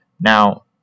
Now